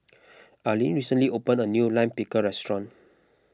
Aline recently opened a new Lime Pickle restaurant